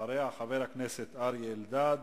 אחריה, חבר הכנסת אריה אלדד.